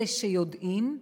אלה שיודעים,